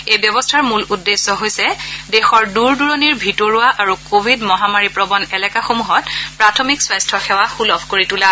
এই ব্যৱস্থাৰ মূল্য উদ্দেশ্য হৈছে দেশৰ দূৰ দূৰণিৰ ভিতৰুৱা আৰু কোৱিড মহামাৰী প্ৰৱল এলেকাসমূহত প্ৰাথমিক স্বাস্থ্য সেৱা সূলভ কৰি তোলা